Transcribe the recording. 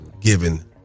given